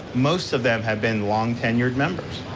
most of them have been long tenured members.